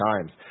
times